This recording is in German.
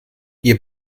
ihr